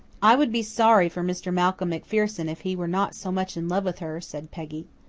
i would be sorry for mr. malcolm macpherson if he were not so much in love with her, said peggy.